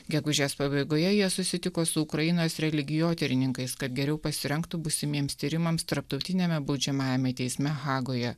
gegužės pabaigoje jie susitiko su ukrainos religijotyrininkais kad geriau pasirengtų būsimiems tyrimams tarptautiniame baudžiamajame teisme hagoje